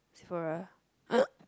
Sephora